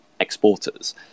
exporters